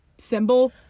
symbol